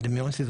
בדמיון שלי,